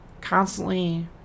constantly